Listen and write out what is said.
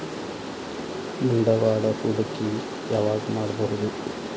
ಬಂಡವಾಳ ಹೂಡಕಿ ಯಾವಾಗ್ ಮಾಡ್ಬಹುದು?